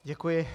Děkuji.